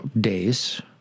days